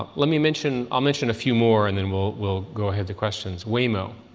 ah let me mention i'll mention a few more, and then we'll we'll go ahead to questions. waymo.